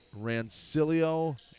Rancilio